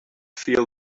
feel